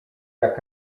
jak